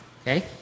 okay